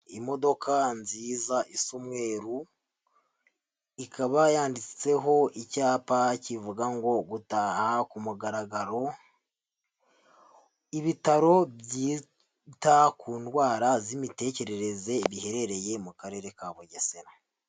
Imodoka nziza isa umweru, ikaba yanditseho icyapa kivuga ngo gutaha ku mugaragaro ibitaro byita ku ndwara z'imitekerereze biherereye mu Karere ka Bugesera.